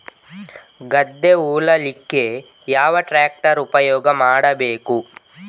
ಗದ್ದೆ ಉಳಲಿಕ್ಕೆ ಯಾವ ಟ್ರ್ಯಾಕ್ಟರ್ ಉಪಯೋಗ ಮಾಡಬೇಕು?